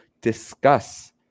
discuss